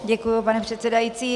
Děkuji, pane předsedající.